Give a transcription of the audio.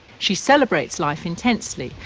she celebrates life intensely,